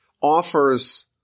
offers